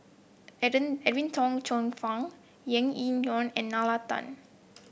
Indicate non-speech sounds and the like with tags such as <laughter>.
<unintelligible> Edwin Tong Chun Fai Yau Tian Yau and Nalla Tan